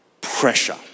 pressure